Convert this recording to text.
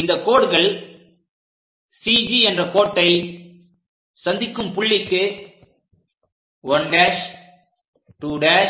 இந்த கோடுகள் CG என்ற கோட்டை சந்திக்கும் புள்ளிக்கு 1'2'3'4'